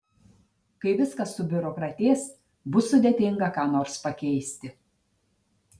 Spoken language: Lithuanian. kai viskas subiurokratės bus sudėtinga ką nors pakeisti